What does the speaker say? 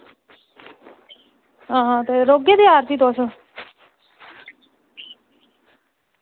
ते आं भी होगे त्यार तुस